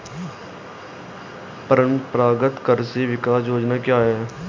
परंपरागत कृषि विकास योजना क्या है?